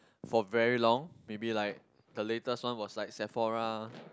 for very long maybe like the latest one was like Sephora